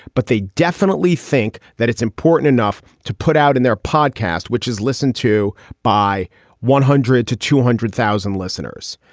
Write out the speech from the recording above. but they definitely think that it's important enough to put out in their podcast, which is listened to by one hundred to two hundred thousand listeners,